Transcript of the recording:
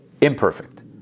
imperfect